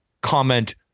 comment